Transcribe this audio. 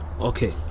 Okay